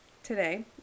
Today